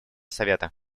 совета